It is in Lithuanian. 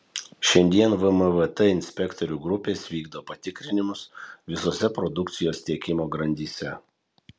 šiandien vmvt inspektorių grupės vykdo patikrinimus visose produkcijos tiekimo grandyse